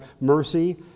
mercy